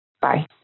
Bye